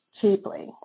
cheaply